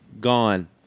gone